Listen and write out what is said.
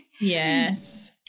Yes